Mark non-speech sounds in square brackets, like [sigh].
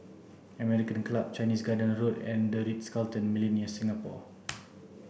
American Club Chinese Garden Road and the Ritz Carlton Millenia Singapore [noise]